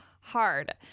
hard